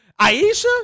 Aisha